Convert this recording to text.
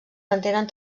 mantenen